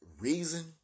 reason